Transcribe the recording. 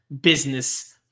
business